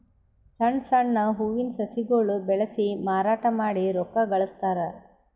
ಸಣ್ಣ್ ಸಣ್ಣ್ ಹೂವಿನ ಸಸಿಗೊಳ್ ಬೆಳಸಿ ಮಾರಾಟ್ ಮಾಡಿ ರೊಕ್ಕಾ ಗಳಸ್ತಾರ್